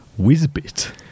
Whizbit